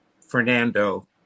Fernando